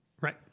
Right